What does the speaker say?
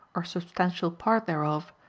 or substantial part thereof,